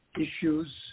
issues